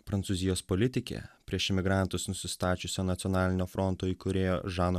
prancūzijos politikė prieš imigrantus nusistačiusio nacionalinio fronto įkūrėjo žano